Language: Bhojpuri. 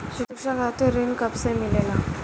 शिक्षा खातिर ऋण कब से मिलेला?